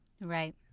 Right